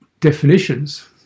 definitions